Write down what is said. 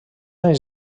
anys